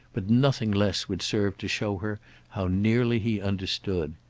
but nothing less would serve to show her how nearly he understood.